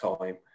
time